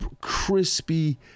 crispy